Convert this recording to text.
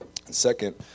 Second